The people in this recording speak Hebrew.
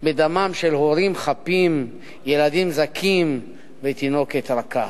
בדמם של הורים חפים, ילדים זכים ותינוקת רכה.